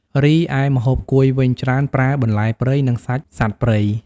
រីឯម្ហូបកួយវិញច្រើនប្រើបន្លែព្រៃ និងសាច់សត្វព្រៃ។